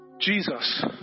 Jesus